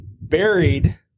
buried